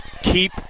Keep